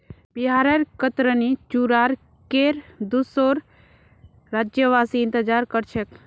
बिहारेर कतरनी चूड़ार केर दुसोर राज्यवासी इंतजार कर छेक